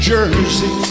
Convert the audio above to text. Jersey